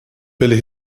billy